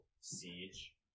Siege